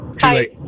Hi